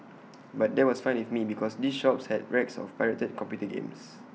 but that was fine with me because these shops had racks of pirated computer games